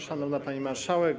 Szanowna Pani Marszałek!